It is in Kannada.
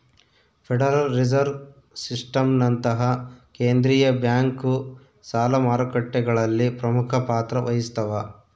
ಫೆಡರಲ್ ರಿಸರ್ವ್ ಸಿಸ್ಟಮ್ನಂತಹ ಕೇಂದ್ರೀಯ ಬ್ಯಾಂಕು ಸಾಲ ಮಾರುಕಟ್ಟೆಗಳಲ್ಲಿ ಪ್ರಮುಖ ಪಾತ್ರ ವಹಿಸ್ತವ